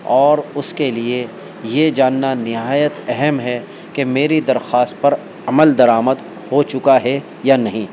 اور اس کے لیے یہ جاننا نہایت اہم ہے کہ میری درخواست پر عمل درآمد ہو چکا ہے یا نہیں